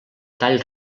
tall